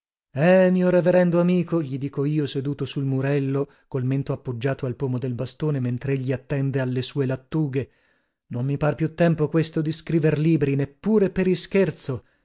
eh mio reverendo amico gli dico io seduto sul murello col mento appoggiato al pomo del bastone mentregli attende alle sue lattughe non mi par più tempo questo di scriver libri neppure per ischerzo